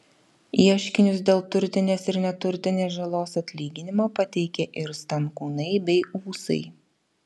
ieškinius dėl turtinės ir neturtinės žalos atlyginimo pateikė ir stankūnai bei ūsai